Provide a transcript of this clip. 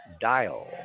dial